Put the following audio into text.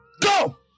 go